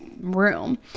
room